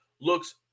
looks